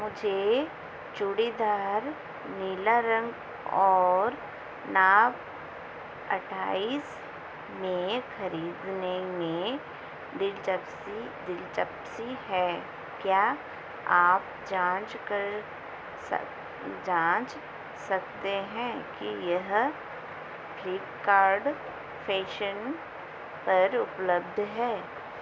मुझे चूड़ीदार नीला रंग और नाप अट्ठाइस में खरीदने में दिलचस्पी दिलचप्सी है क्या आप जाँच सकते हैं कि यह फ़्लिपकार्ट फ़ैशन पर उपलब्ध है